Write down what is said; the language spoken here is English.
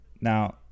Now